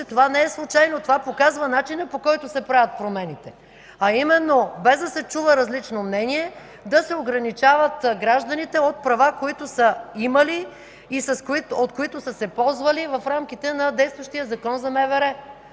това не е случайно. Това показва начина, по който се правят промените, а именно – без да се чува различно мнение, да се ограничават гражданите от права, които са имали и от които са се ползвали, в рамките на действащия Закон за МВР.